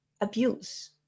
abuse